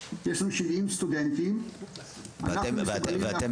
יש לנו 70 סטודנטים ואנחנו מסוגלים להכפיל את המספר.